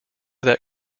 that